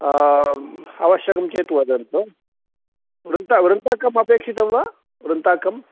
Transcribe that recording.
आवश्यकं चेत् वदन्तु वृन्ता वृन्ताकम् अपेक्षितं वा वृन्ताकम्